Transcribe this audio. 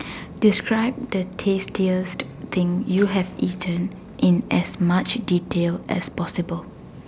describe the tastiest thing you have eaten in as much detail as possible